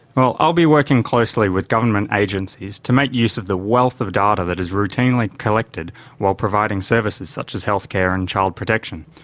well, i'll be working closely with government agencies to make use of the wealth of data that is routinely collected while providing services such as health care and child protection.